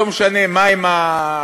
לא משנה מה הם הצינורות,